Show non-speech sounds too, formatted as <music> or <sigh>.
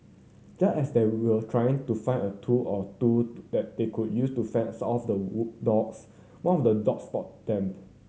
just as they will trying to find a tool or two that they could use to fend off the <unintelligible> dogs one of the dogs spotted them <unintelligible>